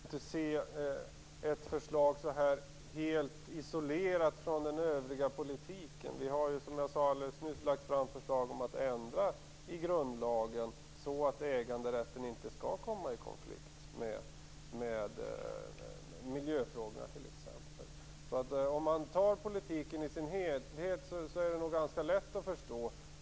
Fru talman! Catarina Rönnung! Man kan inte se ett förslag så här helt isolerat från den övriga politiken. Vi har ju, som jag sade alldeles nyss, lagt fram förslag om att ändra i grundlagen så att äganderätten inte skall komma i konflikt med t.ex. miljöfrågorna. Om man tar politiken i sin helhet är det nog ganska lätt att förstå.